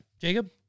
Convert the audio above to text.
Jacob